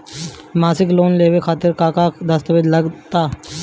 मसीक लोन लेवे खातिर का का दास्तावेज लग ता?